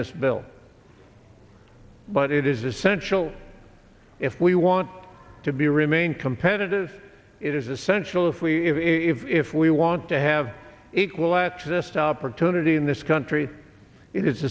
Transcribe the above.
this bill but it is essential if we want to be remain competitive it is essential if we if we want to have equal access to opportunity in this country it